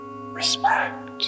respect